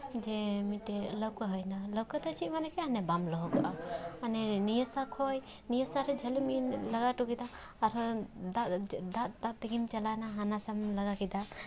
ᱡᱮ ᱢᱤᱫᱴᱮᱡ ᱞᱟᱹᱣᱠᱟᱹ ᱦᱩᱭᱱᱟ ᱞᱟᱹᱣᱠᱟᱹ ᱫᱚ ᱪᱮᱫ ᱢᱟᱱᱮ ᱜᱮ ᱵᱟᱢ ᱞᱚᱦᱚᱫᱚᱜᱼᱟ ᱢᱟᱱᱮ ᱱᱤᱭᱟᱹ ᱥᱟ ᱠᱷᱚᱡ ᱱᱤᱭᱟᱹᱥᱟ ᱨᱮ ᱡᱷᱟᱹᱞᱤᱢ ᱞᱟᱜᱟ ᱦᱚᱴᱚ ᱠᱮᱫᱟ ᱟᱨᱦᱚᱸ ᱫᱟᱜ ᱫᱟᱜ ᱫᱟᱜ ᱛᱮᱜᱮᱢ ᱪᱟᱞᱟᱣᱱᱟ ᱦᱟᱱᱟ ᱥᱟᱢ ᱞᱟᱜᱟ ᱠᱮᱫᱟ